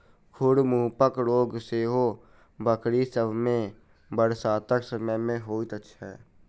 खुर मुँहपक रोग सेहो बकरी सभ मे बरसातक समय मे होइत छै